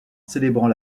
célébrant